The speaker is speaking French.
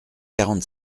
quarante